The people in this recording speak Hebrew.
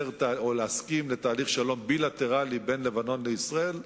להסכים לתהליך שלום בילטרלי בין לבנון לישראל.